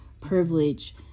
privilege